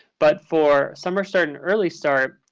but for summer start and early start,